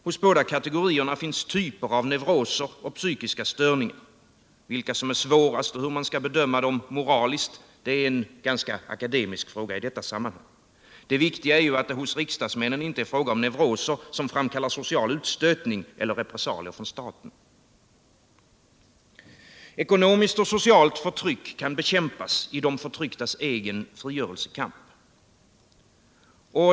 Hos båda kategorierna finns typer av neuroser och psykiska störningar. Vilka som är svårast och hur man skall bedöma dem moraliskt är en ganska akademisk fråga i detta sammanhang. Det viktiga är att det hos riksdagsmännen inte är fråga om neuroser som framkallar social utstötning eller repressalier från staten. Ekonomiskt och socialt förtryck kan bekämpas i de förtrycktas egen frigörelsekamp.